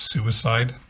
Suicide